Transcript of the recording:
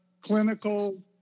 clinical